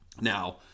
Now